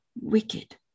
wicked